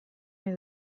nahi